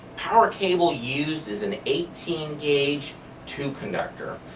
power cable used is an eighteen gauge two conductor.